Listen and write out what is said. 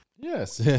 Yes